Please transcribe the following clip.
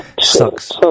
Sucks